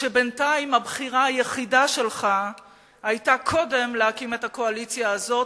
כשבינתיים הבחירה היחידה שלך היתה קודם להקים את הקואליציה הזאת